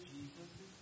Jesus